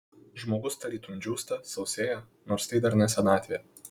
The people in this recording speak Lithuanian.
žmogus tarytum džiūsta sausėja nors tai dar ne senatvė